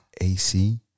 AC